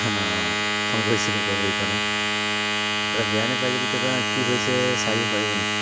phone কৰিছিলো আকৌ সেইকাৰণে দাদা বেয়া নাপাই যদি দাদা কি হৈছে চাই দিব পাৰিব নেকি